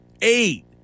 eight